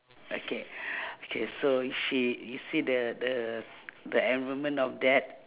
okay okay so she you see the the the environment of that